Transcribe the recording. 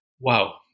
wow